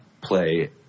play